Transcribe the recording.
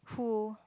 who